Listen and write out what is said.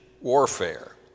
warfare